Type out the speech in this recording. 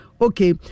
Okay